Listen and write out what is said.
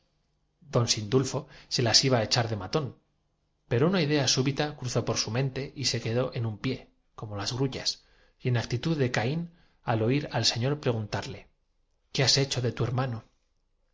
don sindulfo se las iba á echar de matón pero una mente cuantos historiógrafos han escrito sobre los sec idea súbita cruzó por su mente y se quedó en un pié tarios de confucio y mencio como las grullas esta idea predominante en ambos llegó á tomar en y en la actitud de caín al oir al se ñor preguntarle qué has hecho de tu hermano